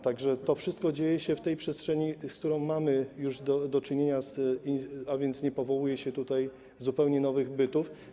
Także to wszystko dzieje się w tej przestrzeni, z którą mamy już do czynienia, a więc nie powołuje się tutaj zupełnie nowych bytów.